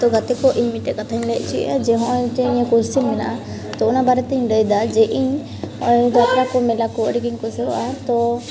ᱛᱚ ᱜᱟᱛᱮ ᱠᱚ ᱤᱧ ᱢᱤᱫᱴᱮᱡ ᱠᱟᱛᱷᱟᱧ ᱞᱟᱹᱭ ᱚᱪᱚᱭᱮᱜᱼᱟ ᱡᱮ ᱦᱚᱜᱼᱚᱸᱭ ᱡᱮ ᱠᱳᱭᱮᱥᱪᱮᱱ ᱢᱮᱱᱟᱜᱼᱟ ᱛᱚ ᱚᱱᱟ ᱵᱟᱨᱮᱛᱮᱧ ᱞᱟᱹᱭᱮᱫᱟ ᱡᱮ ᱤᱧ ᱡᱟᱛᱨᱟᱠᱚ ᱢᱮᱞᱟᱠᱚ ᱟᱹᱰᱤᱜᱮᱧ ᱠᱩᱥᱤᱣᱟᱜᱼᱟ ᱛᱚ